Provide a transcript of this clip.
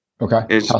Okay